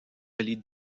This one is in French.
relie